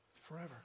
forever